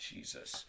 Jesus